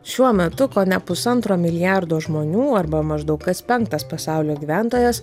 šiuo metu kone pusantro milijardo žmonių arba maždaug kas penktas pasaulio gyventojas